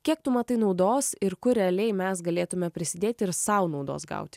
kiek tu matai naudos ir kur realiai mes galėtume prisidėti ir sau naudos gauti